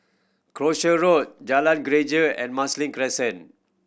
Croucher Road Jalan Greja and Marsiling Crescent